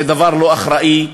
זה דבר לא אחראי,